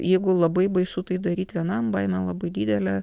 jeigu labai baisu tai daryt vienam baimė labai didelė